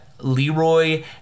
leroy